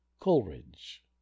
coleridge